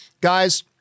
Guys